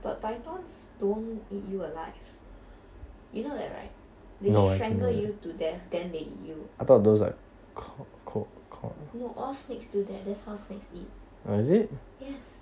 but pythons don't eat you alive you know that right they strangle you to death then they eat you no all snakes do that that's how snakes eat yes